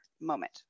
moment